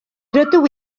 rydw